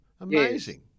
Amazing